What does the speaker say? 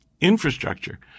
infrastructure